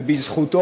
ובזכותו,